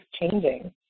changing